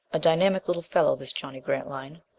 a dynamic little fellow, this johnny grantline.